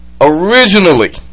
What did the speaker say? originally